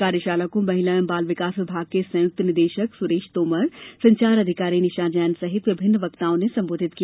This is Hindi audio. कार्यशाला को महिला एवं बाल विकास विभाग के संयुक्त निदेशक सुरेश तोमर संचार अधिकारी निशा जैन सहित विभिन्न वक्ताओं ने संबोधित किया